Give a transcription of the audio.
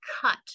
cut